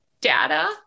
data